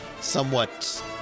somewhat